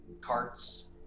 carts